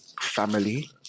Family